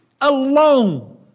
alone